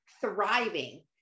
thriving